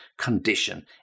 condition